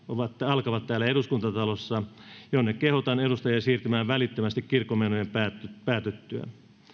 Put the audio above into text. alkavat täällä eduskuntatalossa jonne kehotan edustajia siirtymään välittömästi kirkonmenojen päätyttyä